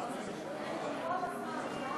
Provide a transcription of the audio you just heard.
אתה לא מוגבל בזמן,